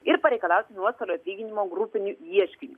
ir pareikalauti nuostolių atlyginimo grupiniu ieškiniu